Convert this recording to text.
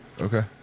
Okay